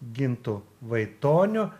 gintu vaitoniu